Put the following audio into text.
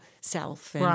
self